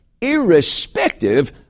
irrespective